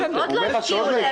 עוד לא הפקיעו.